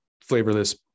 flavorless